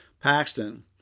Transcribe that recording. Paxton